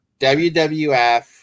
WWF